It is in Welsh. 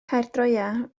caerdroea